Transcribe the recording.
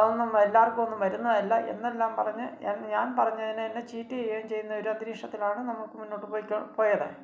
അതൊന്നും എല്ലാവർക്കൊന്നും വരുന്നതല്ല എന്നെല്ലാം പറഞ്ഞ് ഞാൻ പറഞ്ഞതിനെന്നെ ചീറ്റ് ചെയ്യുകയും ചെയ്യുന്നൊരന്തരീക്ഷത്തിലാണ് മുന്നോട്ട് പോയത്